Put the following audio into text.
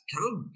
Come